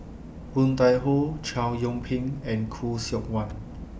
Woon Tai Ho Chow Yian Ping and Khoo Seok Wan